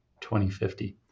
2050